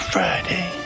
Friday